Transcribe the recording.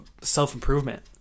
self-improvement